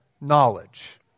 knowledge